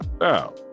now